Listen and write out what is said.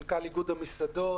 מנכ"ל איגוד המסעדות.